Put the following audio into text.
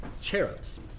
cherubs